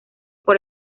por